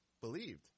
believed